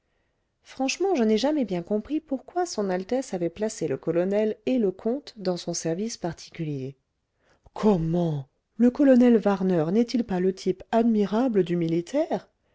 franchement je n'ai jamais bien compris pourquoi son altesse avait placé le colonel et le comte dans son service particulier comment le colonel warner n'est-il pas le type admirable du militaire